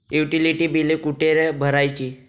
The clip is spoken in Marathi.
युटिलिटी बिले कुठे भरायची?